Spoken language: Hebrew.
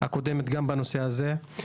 הקודמת גם בנושא הזה,